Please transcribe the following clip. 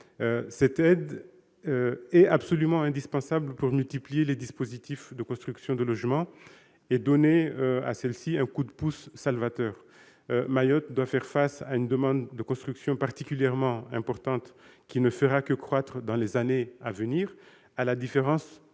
cette aide est absolument indispensable pour multiplier les dispositifs de construction de logements et leur donner un coup de pouce salvateur. Mayotte doit faire face à une demande de construction particulièrement importante, qui ne fera que croître dans les années à venir. À la différence du